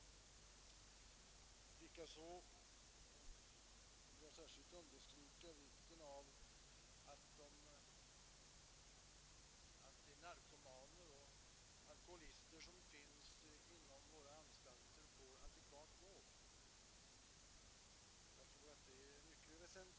Likaså vill jag särskilt understryka vikten av att de narkomaner och alkoholister som finns på våra anstalter får adekvat vård.